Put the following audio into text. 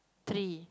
three